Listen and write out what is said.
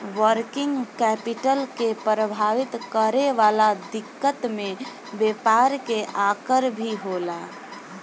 working capital के प्रभावित करे वाला दिकत में व्यापार के आकर भी होला